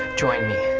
join me.